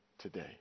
today